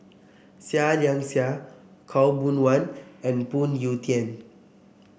Seah Liang Seah Khaw Boon Wan and Phoon Yew Tien